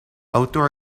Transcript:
outdoor